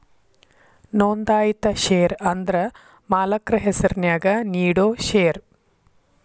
ನೋಂದಾಯಿತ ಷೇರ ಅಂದ್ರ ಮಾಲಕ್ರ ಹೆಸರ್ನ್ಯಾಗ ನೇಡೋ ಷೇರ